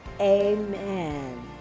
Amen